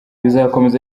bizakomeza